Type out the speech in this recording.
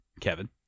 Kevin